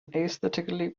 aesthetically